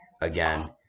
again